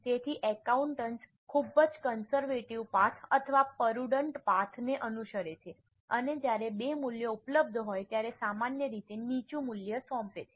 તેથી એકાઉન્ટન્ટ્સ ખૂબ જ કંસર્વેટિવ પાથ અથવા પરુડન્ટ પાથ ને અનુસરે છે અને જ્યારે બે મૂલ્યો ઉપલબ્ધ હોય ત્યારે સામાન્ય રીતે નીચું મૂલ્ય સોંપે છે